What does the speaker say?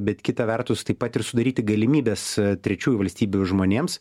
bet kita vertus taip pat ir sudaryti galimybes trečiųjų valstybių žmonėms